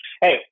hey